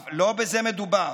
לא בזה מדובר.